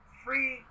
free